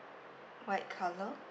white colour